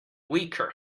weaker